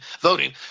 voting